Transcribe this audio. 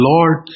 Lord